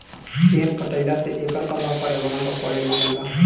पेड़ कटईला से एकर प्रभाव पर्यावरण पर पड़े लागल बा